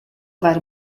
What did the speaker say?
about